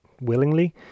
willingly